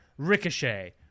Ricochet